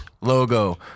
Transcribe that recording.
logo